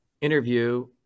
interview